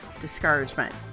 discouragement